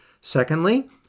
Secondly